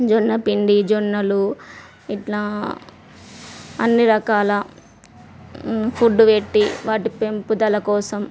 జొన్న పిండి జొన్నలు ఇట్లా అన్ని రకాల ఫుడ్డు పెట్టి వాటి పెంపుదల కోసం